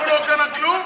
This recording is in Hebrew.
הוא לא קנה כלום,